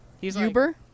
Uber